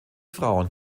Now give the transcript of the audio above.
frauen